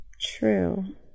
True